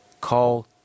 call